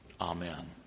Amen